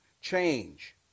change